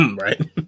Right